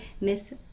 miss